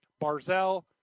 barzell